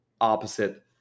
opposite